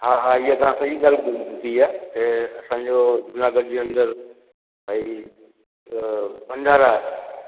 हा हा इहो तव्हां सई ॻाल्हि बुधी आहे के असांजो जूनागढ़ जे अंदरि भई भंडारा